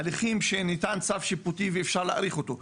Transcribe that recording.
הליכים שניתן בהם צו שיפוטי ואפשר להאריך אותו,